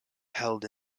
held